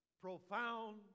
profound